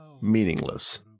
meaningless